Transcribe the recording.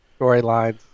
storylines